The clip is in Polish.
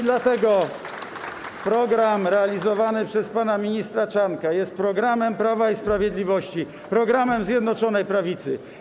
Dlatego program realizowany przez pana ministra Czarnka jest programem Prawa i Sprawiedliwości, programem Zjednoczonej Prawicy.